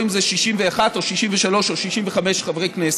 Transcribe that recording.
אני סבור שהשאלה המרכזית זה לא אם זה 61 או 63 או 65 חברי כנסת,